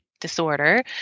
disorder